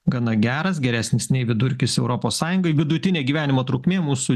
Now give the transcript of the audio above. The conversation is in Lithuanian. gana geras geresnis nei vidurkis europos sąjungai vidutinė gyvenimo trukmė mūsų